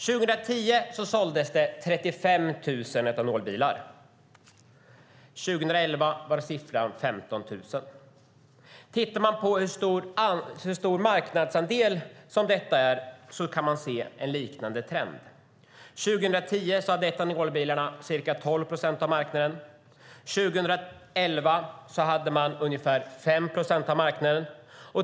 År 2010 såldes det 35 000 etanolbilar; 2011 var siffran 15 000. Tittar man på hur stor marknadsandel etanolbilarna har kan man se en liknande trend. År 2010 hade etanolbilarna ca 12 procent av marknaden; 2011 hade man ungefär 5 procent av marknaden.